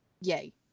Yay